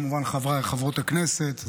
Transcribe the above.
חבריי חברי וחברות הכנסת,